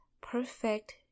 perfect